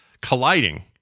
colliding